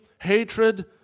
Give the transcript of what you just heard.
hatred